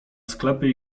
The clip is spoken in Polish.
sklepy